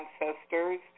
ancestors